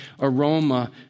aroma